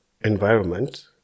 environment